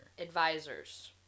Advisors